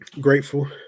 Grateful